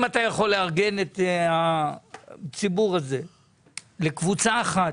אם אתה יכול לארגן את הציבור הזה לקבוצה אחת,